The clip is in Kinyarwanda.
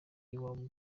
y’iwabo